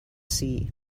sea